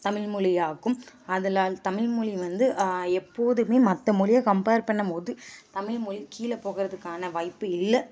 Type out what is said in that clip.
தமிழ்மொழியாகும் அதில் தமிழ்மொழி வந்து எப்போதுமே மற்ற மொழிய கம்பேர் பண்ணும்போது தமிழ்மொழி கீழே போகிறதுக்கான வாய்ப்பு இல்லை